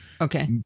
Okay